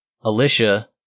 Alicia